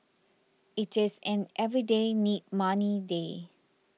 it is an everyday need money day